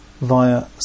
via